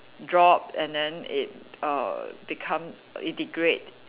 drop and then it err become it degrade